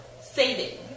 saving